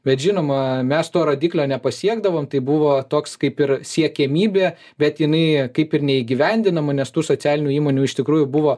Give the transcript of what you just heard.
bet žinoma mes to rodiklio nepasiekdavom tai buvo toks kaip ir siekiamybė bet jinai kaip ir neįgyvendinama nes tų socialinių įmonių iš tikrųjų buvo